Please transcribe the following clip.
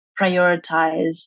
prioritize